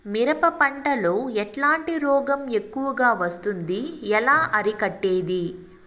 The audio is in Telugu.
మిరప పంట లో ఎట్లాంటి రోగం ఎక్కువగా వస్తుంది? ఎలా అరికట్టేది?